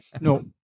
No